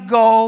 go